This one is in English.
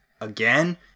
again